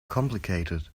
complicated